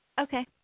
okay